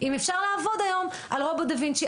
אם אפשר לעבוד היום על רובוט דה וינצ'י?